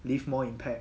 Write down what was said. leave more impact